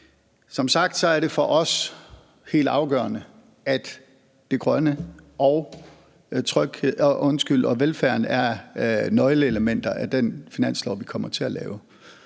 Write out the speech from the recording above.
Som sagt er det for os helt afgørende, at det grønne og velfærden er nøgleelementer i den finanslov, vi kommer til at lave.